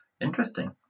Interesting